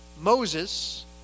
Moses